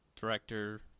director